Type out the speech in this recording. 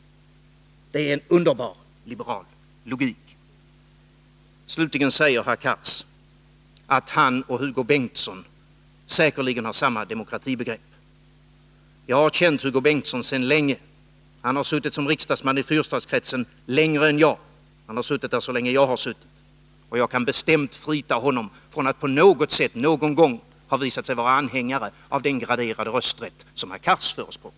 Det är en underbar liberal logik. Slutligen säger herr Cars att han och Hugo Bengtsson säkerligen har samma demokratibegrepp. Jag känner Hugo Bengtsson sedan länge. Han har suttit som riksdagsman i fyrstadskretsen längre än jag. Och jag kan bestämt frita honom från misstanken att han på något sätt någon gång har visat sig vara anhängare av den graderade rösträtt som herr Cars förespråkar.